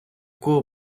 кого